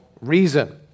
reason